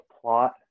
plot